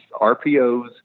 RPOs